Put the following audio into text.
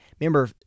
remember